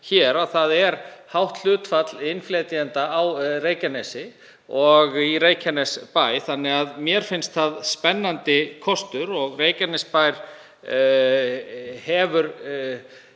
hér. Það er hátt hlutfall innflytjenda á Reykjanesi og í Reykjanesbæ þannig að mér finnst það spennandi kostur og Reykjanesbær hefur